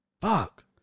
Fuck